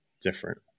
different